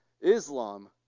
Islam